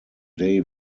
day